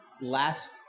last